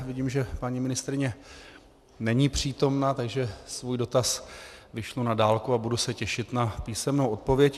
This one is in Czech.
Vidím, že paní ministryně není přítomna, takže svůj dotaz vyšlu na dálku a budu se těšit na písemnou odpověď.